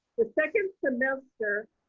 the second semester